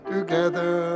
Together